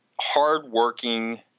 hardworking